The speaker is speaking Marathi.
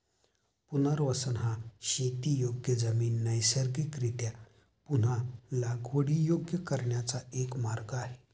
पुनर्वसन हा शेतीयोग्य जमीन नैसर्गिकरीत्या पुन्हा लागवडीयोग्य करण्याचा एक मार्ग आहे